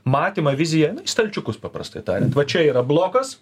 matymą viziją na į stalčiukus paprastai tariant va čia yra blokas